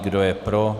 Kdo je pro.